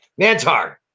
Mantar